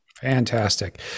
Fantastic